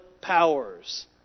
powers